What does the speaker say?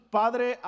padre